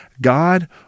God